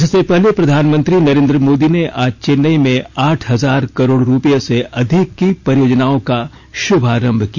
इससे पहले प्रधानमंत्री नरेंद्र मोदी ने आज चेन्नई में आठ हजार करोड रुपये से अधिक की परियोजनाओं का शुभारंभ किया